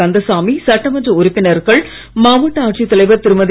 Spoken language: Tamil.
கந்தசாமி சட்டமன்றஉறுப்பினர்கள் மாவட்டஆட்சித்தலைவர்திருமதி